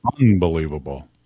unbelievable